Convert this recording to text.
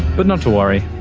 but not to worry,